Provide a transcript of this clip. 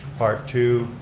part two,